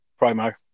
promo